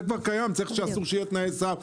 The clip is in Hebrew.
זה כבר קיים אסור שיהיו תנאי סף.